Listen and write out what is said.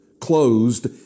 closed